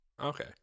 Okay